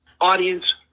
Audience